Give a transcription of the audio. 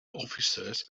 officers